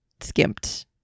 skimped